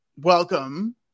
Welcome